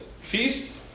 feast